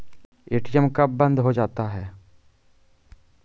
ATM कब बंद हो जाता हैं?